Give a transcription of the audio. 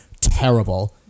terrible